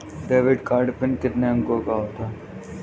Debit card PIN कितने अंकों का होता है?